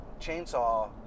chainsaw